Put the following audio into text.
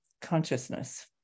consciousness